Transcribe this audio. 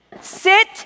sit